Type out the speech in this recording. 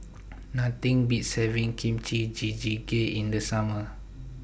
Nothing Beats having Kimchi Jjigae in The Summer